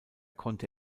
konnte